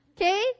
Okay